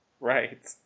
Right